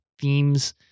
themes